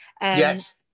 yes